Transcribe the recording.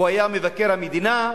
והוא היה מבקר המדינה,